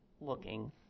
looking